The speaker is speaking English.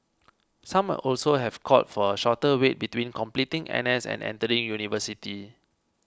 some also have called for a shorter wait between completing N S and entering university